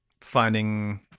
finding